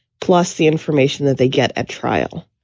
plus the information that they get at trial.